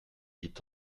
est